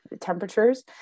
temperatures